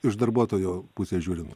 iš darbuotojo pusės žiūrint